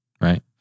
right